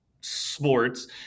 sports